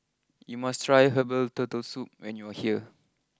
you must try Herbal Turtle Soup when you are here